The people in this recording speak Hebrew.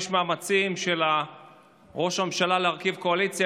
יש מאמצים של ראש הממשלה להרכיב קואליציה,